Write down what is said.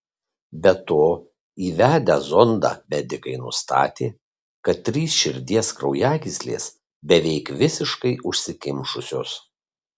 be to įvedę zondą medikai nustatė kad trys širdies kraujagyslės beveik visiškai užsikimšusios